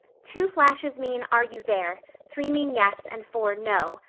two flashes mean, are you there three mean yes and four no.